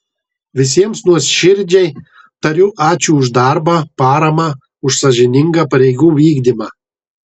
visiems nuoširdžiai tariu ačiū už darbą paramą už sąžiningą pareigų vykdymą